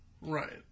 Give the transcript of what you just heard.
Right